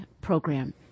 program